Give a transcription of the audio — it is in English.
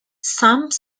some